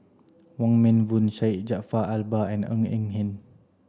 Wong Meng Voon Syed Jaafar Albar and Ng Eng Hen